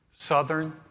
Southern